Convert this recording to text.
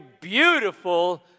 beautiful